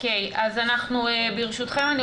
ברשותכם,